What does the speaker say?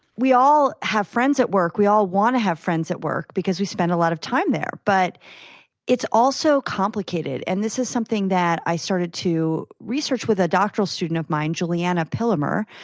we all have friends at work. we all want to have friends at work because we spend a lot of time there. but it's also complicated, and this is something that i started to research with a doctoral student of mine, julianna pillemer.